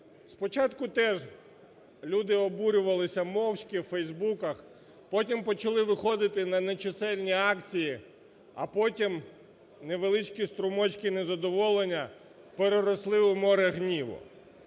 Спочатку теж люди обурювалися мовчки, у фейсбуках. Потім почали виходити на нечисельні акції, а потім невеличкі струмочки незадоволення переросли у море гніву.